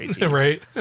right